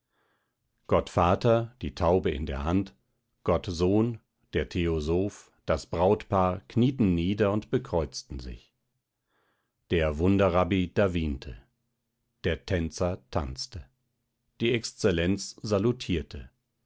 gottvater die taube in der hand gottsohn der theosoph das brautpaar knieten nieder und bekreuzten sich der wunderrabbi dawwinte der tänzer tanzte die exzellenz salutierte